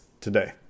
today